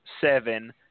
seven